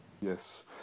Yes